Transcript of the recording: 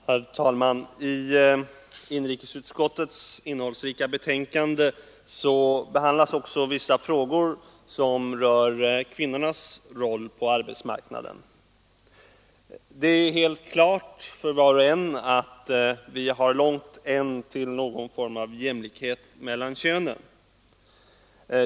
Herr talman! I inrikesutskottets innehållsrika betänkande behandlas också vissa frågor som rör kvinnornas roll på arbetsmarknaden. Det är helt klart för var och en att vi ännu har långt till någon form av jämlikhet mellan könen.